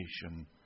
creation